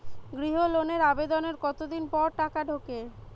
গৃহ লোনের আবেদনের কতদিন পর টাকা ঢোকে?